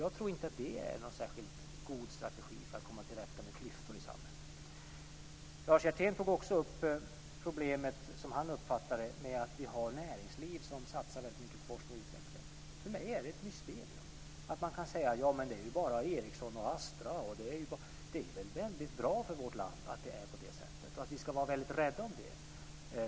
Jag tror inte att det är någon särskilt god strategi för att komma till rätta med klyftor i samhället. Lars Hjertén tog också upp problemet - som han uppfattar det - med att vi har ett näringsliv som satsar väldigt mycket på forskning och utveckling. För mig är det ett mysterium att man kan säga: Ja, men det är bara Ericsson och Astra! Det är väl väldigt bra för vårt land att det är på det här sättet, och vi ska vara rädda om det.